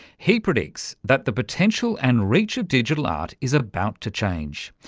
he predicts that the potential and reach of digital art is about to change,